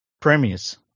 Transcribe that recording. Premiers